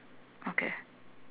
okay